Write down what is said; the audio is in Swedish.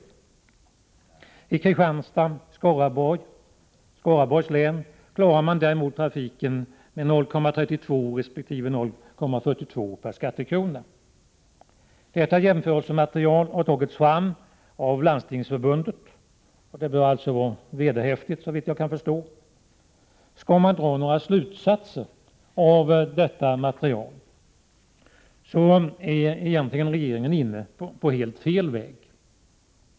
I Kristianstads län och i Skaraborgs län klarar man däremot trafiken med 0,32 kr. resp. 0,42 kr. per skattekrona. Detta jämförelsematerial har tagits fram av Landstingsförbundet. Det bör alltså, såvitt jag förstår, vara vederhäftigt. Skall man dra någon slutsats av detta material är det den att regeringen egentligen är inne på helt fel väg.